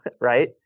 right